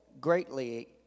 greatly